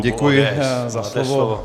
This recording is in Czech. Děkuji za slovo.